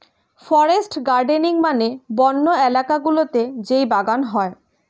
forest gardening মানে বন্য এলাকা গুলোতে যেই বাগান হয়